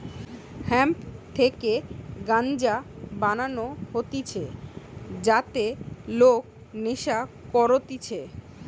hemp থেকে গাঞ্জা বানানো হতিছে যাতে লোক নেশা করতিছে